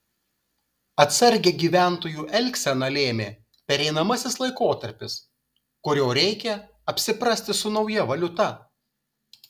atsargią gyventojų elgseną lėmė pereinamasis laikotarpis kurio reikia apsiprasti su nauja valiuta